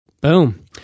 Boom